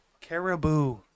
Caribou